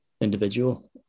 individual